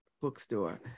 bookstore